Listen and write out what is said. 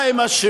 מה הם אשמים?